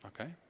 Okay